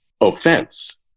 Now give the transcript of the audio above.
offense